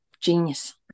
genius